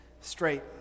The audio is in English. straight